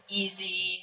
easy